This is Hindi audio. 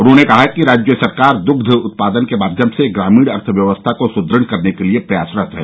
उन्होंने कहा कि राज्य सरकार दुग्ध उत्पादन के माध्यम से ग्रामीण अर्थव्यवस्था को सुदृढ़ करने के लिये प्रयासरत है